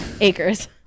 Acres